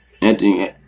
Anthony